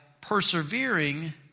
persevering